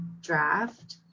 draft